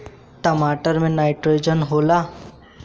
टमाटर मे नाइट्रोजन होला?